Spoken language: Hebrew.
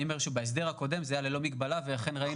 בהסדר הקודם זה היה ללא מגבלה ולכן ראינו